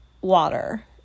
water